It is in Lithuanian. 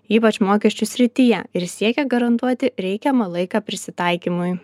ypač mokesčių srityje ir siekia garantuoti reikiamą laiką prisitaikymui